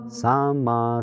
sama